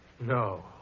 No